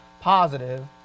positive